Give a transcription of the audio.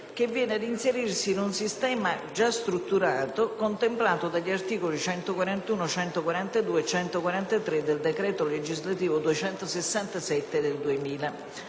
va ad inserirsi in un sistema già strutturato, contemplato dagli articoli 141, 142 e 143 del decreto legislativo n. 267 del 2000.